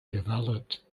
developed